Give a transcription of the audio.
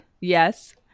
Yes